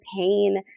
pain